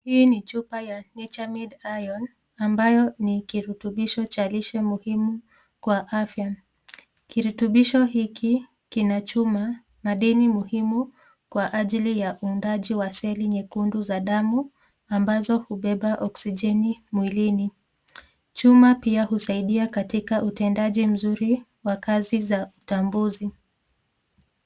Hii ni chupa ya Nature Made Iron ambayo ni kirutubisho cha lishe muhimu kwa afya. Kirutubisho hiki kina chuma, madini muhimu kwa ajili ya uundaji wa seli nyekundu za damu ambazo hubeba oksijeni mwilini. Chuma pia husaidia katika utendaji mzuri wa kazi za utambuzi.